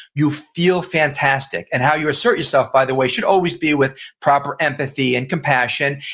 you feel fantastic, and how you assert yourself by the way should always be with proper empathy and compassion,